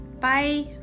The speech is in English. Bye